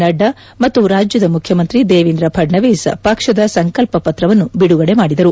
ನಡ್ಡಾ ಮತ್ತು ರಾಜ್ಯದ ಮುಖ್ಯಮಂತ್ರಿ ದೇವೇಂದ್ರ ಫಡ್ವವೀಸ್ ಪಕ್ಷದ ಸಂಕಲ್ಪ ಪತ್ರವನ್ನು ಬಿಡುಗಡೆ ಮಾಡಿದರು